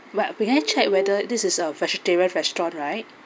what we would like check whether this is a vegetarian restaurant right